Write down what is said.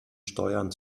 steuern